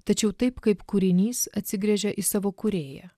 tačiau taip kaip kūrinys atsigręžia į savo kūrėją